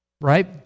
right